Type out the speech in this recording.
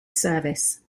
service